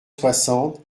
soixante